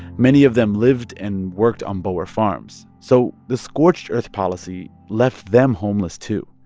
many of them lived and worked on boer farms, so the scorched-earth policy left them homeless, too.